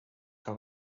que